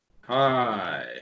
Hi